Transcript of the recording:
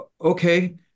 Okay